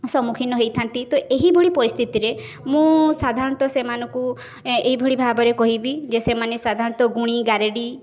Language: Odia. ସମ୍ମୁଖୀନ ହୋଇଥାନ୍ତି ତ ଏହିଭଳି ପରିସ୍ଥିତିରେ ମୁଁ ସାଧାରଣତଃ ସେମାନଙ୍କୁ ଏହିଭଳି ଭାବରେ କହିବି ଯେ ସେମାନେ ସାଧାରଣତଃ ଗୁଣି ଗାରେଡ଼ି